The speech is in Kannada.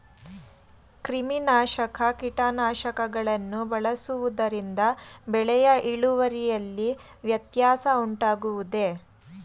ಕ್ರಿಮಿನಾಶಕ ಕೀಟನಾಶಕಗಳನ್ನು ಬಳಸುವುದರಿಂದ ಬೆಳೆಯ ಇಳುವರಿಯಲ್ಲಿ ವ್ಯತ್ಯಾಸ ಉಂಟಾಗುವುದೇ?